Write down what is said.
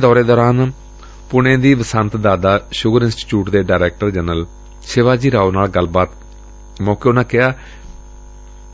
ਚੰਡੀਗੜ ਚ ਪੂਣੇ ਦੀ Vasant Dada sugar institute ਦੇ director general Shivaji Rao ਨਾਲ ਗੱਲਬਾਤ ਦੌਰਾਨ ਉਨਾਂ ਕਿਹਾ